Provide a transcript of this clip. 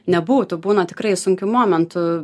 nebūtų būna tikrai sunkių momentų